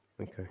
okay